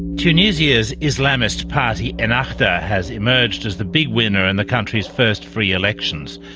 tunisia's islamist party ennahda has emerged as the big winner in the country's first free elections,